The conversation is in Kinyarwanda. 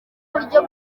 buryo